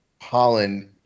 holland